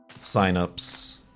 signups